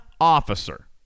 officer